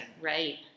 Right